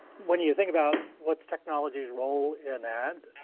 when you think about what's technology's role in and